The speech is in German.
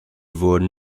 wurden